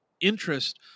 interest